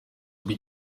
azwi